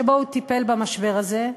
שבו הוא טיפל במשבר הזה.